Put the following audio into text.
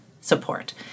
support